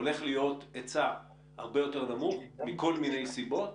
הולך להיות היצע הרבה יותר נמוך מכל מיני סיבות.